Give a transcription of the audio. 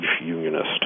Unionist